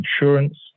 insurance